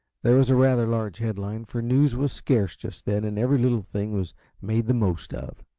there was a rather large headline, for news was scarce just then and every little thing was made the most of.